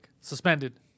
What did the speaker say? Suspended